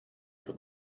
für